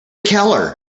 keller